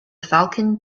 falcon